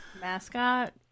mascot